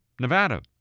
Nevada